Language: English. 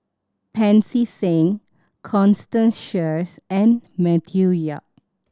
Pancy Seng Constance Sheares and Matthew Yap